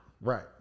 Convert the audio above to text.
Right